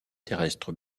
terrestre